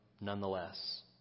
nonetheless